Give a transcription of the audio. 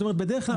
בדרך כלל,